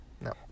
No